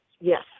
Yes